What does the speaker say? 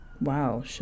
wow